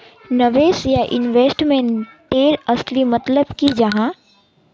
निवेश या इन्वेस्टमेंट तेर असली मतलब की जाहा?